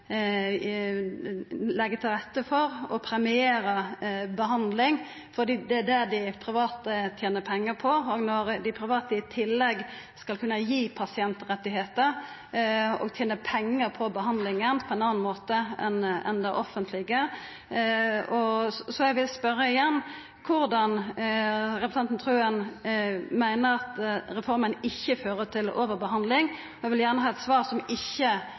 til rette for og premierer behandling, for det er det dei private tener pengar på. Dei private skal i tillegg kunna gi pasientrettar, og tena pengar på behandlinga på ein annan måte enn det offentlege. Eg vil igjen spørja korleis representanten Wilhelmsen Trøen meiner at reforma ikkje fører til overbehandling. Eg vil gjerne ha eit svar som ikkje